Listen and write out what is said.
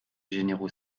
généraux